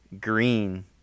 green